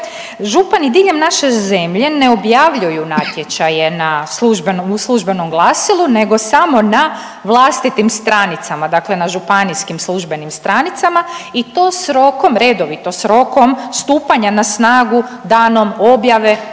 županije diljem naše zemlje ne objavljuju natječaje na u službenom glasilu nego samo na vlastitim stranicama, dakle na županijskim službenim stranicama i s tom rokom, redovito s rokom stupanja na snagu danom objave